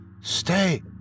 Stay